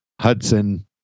Hudson